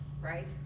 Right